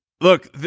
look